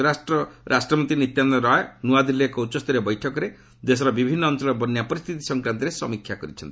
ସ୍ୱରାଷ୍ଟ୍ର ରାଷ୍ଟ୍ରମନ୍ତ୍ରୀ ନିତ୍ୟାନନ୍ଦ ରାୟ ନୂଆଦିଲ୍ଲୀରେ ଏକ ଉଚ୍ଚସ୍ତରୀୟ ବେିଠକରେ ଦେଶର ବିଭିନ୍ନ ଅଞ୍ଚଳର ବନ୍ୟା ପରିସ୍ଥିତି ସଂକ୍ରାନ୍ତରେ ସମୀକ୍ଷା କରିଛନ୍ତି